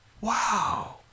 Wow